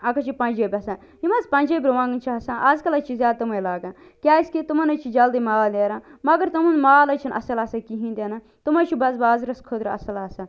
اکھ حظ چھُ پنٛجٲبۍ آسان یِم حظ پنٛجٲبۍ رُوانٛگن چھِ آسان آز کل حظ چھِ زیادٕ تِمٔے لاگان کیٛازِکہِ تِمن حظ چھُ جلدی مال نیران مگر تہنٛد مال حظ چھُنہٕ اصٕل آسان کِہیٖنۍ تہِ نہٕ تِم حظ چھِ بس بازرس خٲطرٕ اصٕل آسان